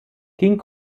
king